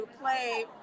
play